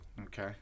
okay